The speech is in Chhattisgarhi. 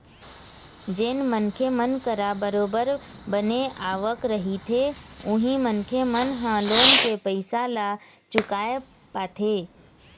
जेन मनखे मन करा बरोबर बने आवक रहिथे उही मनखे मन ह लोन के पइसा ल चुकाय पाथे